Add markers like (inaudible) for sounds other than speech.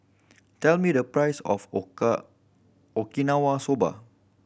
tell me the price of (unintelligible) Okinawa Soba